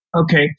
Okay